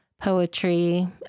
poetry